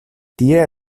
tie